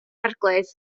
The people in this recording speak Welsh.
arglwydd